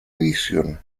edición